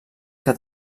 que